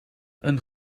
een